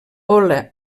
hola